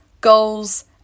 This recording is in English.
goals